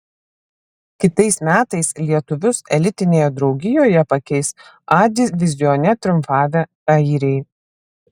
kitais metais lietuvius elitinėje draugijoje pakeis a divizione triumfavę airiai